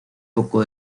poco